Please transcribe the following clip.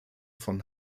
von